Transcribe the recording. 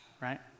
Right